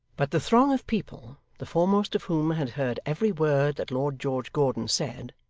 but the throng of people the foremost of whom had heard every word that lord george gordon said,